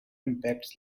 impacts